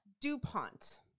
DuPont